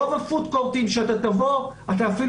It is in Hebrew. ברוב ה-פוד קורטים כשאתה תבוא,